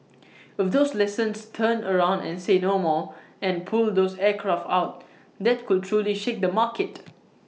if those lessons turn around and say 'no more' and pull those aircraft out that could truly shake the market